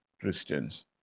Christians